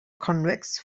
convex